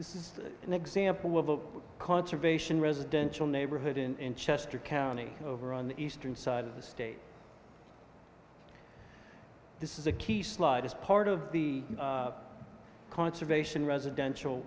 this is an example of a conservation residential neighborhood in chester county over on the eastern side of the state this is a key slide as part of the conservation residential